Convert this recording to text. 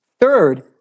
Third